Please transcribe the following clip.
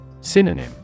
Synonym